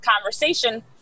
conversation